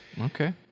Okay